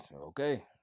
okay